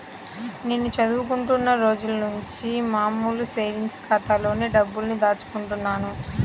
నేను చదువుకుంటున్న రోజులనుంచి మామూలు సేవింగ్స్ ఖాతాలోనే డబ్బుల్ని దాచుకుంటున్నాను